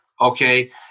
Okay